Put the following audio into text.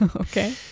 Okay